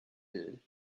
did